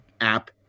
app